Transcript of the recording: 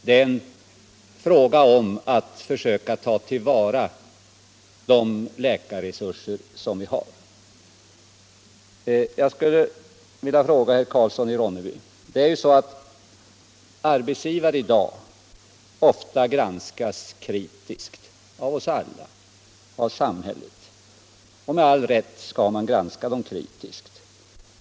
Det är en fråga om att försöka ta till vara de läkarresurser vi har, och jag skulle med följande utgångspunkt vilja ställa en fråga till herr Karlsson i Ronneby. Arbetsgivarna granskas i dag oftast kritiskt av oss alla och av samhället, och med all rätt skall man granska dem kritiskt.